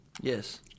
Yes